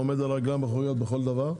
עומד על הרגליים האחוריות בכל דבר,